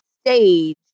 stage